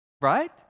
Right